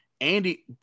Andy